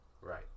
Right